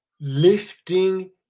lifting